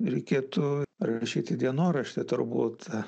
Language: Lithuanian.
reikėtų rašyti dienoraštį turbūt